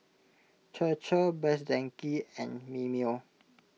Chir Chir Best Denki and Mimeo